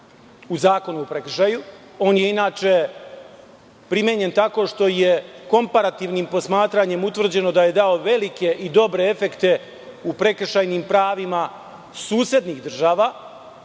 u Zakonu o prekršaju. On je inače primenjen tako što je komparativnim posmatranjem utvrđeno da je dao velike i dobre efekte u prekršajnim pravima susednih država